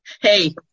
Hey